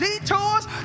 detours